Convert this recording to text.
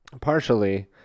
partially